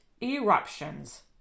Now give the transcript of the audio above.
eruptions